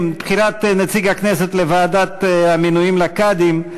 בחירת נציג הכנסת לוועדת המינויים לקאדים,